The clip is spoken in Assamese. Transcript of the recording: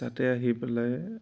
তাতে আহি পেলাই